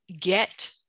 get